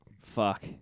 Fuck